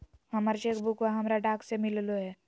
हमर चेक बुकवा हमरा डाक से मिललो हे